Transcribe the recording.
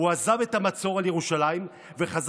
חבר